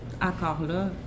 accord-là